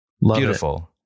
Beautiful